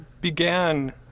began